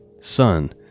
son